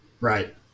Right